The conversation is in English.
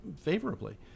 favorably